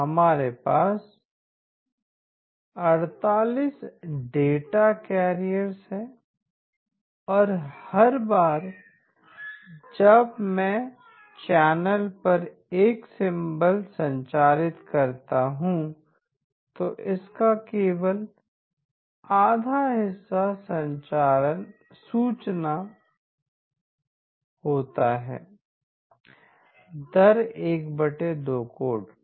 हमारे पास 48 data carriers हैं और हर बार जब मैं चैनल पर 1 सिंबॉल संचारित करता हूं तो इसका केवल आधा हिस्सा सूचना दर 12 कोड होता है